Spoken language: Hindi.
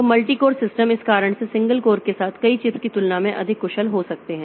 तो मल्टी कोर सिस्टम इस कारण से सिंगल कोर के साथ कई चिप्स की तुलना में अधिक कुशल हो सकते हैं